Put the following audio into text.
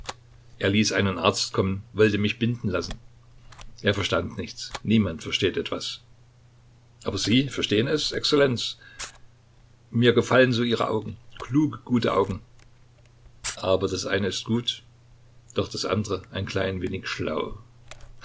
er ließ einen arzt kommen wollte mich binden lassen er verstand nichts niemand versteht etwas aber sie verstehen es exzellenz mir gefallen so ihre augen kluge gute augen aber das eine ist gut doch das andere ein klein wenig schlau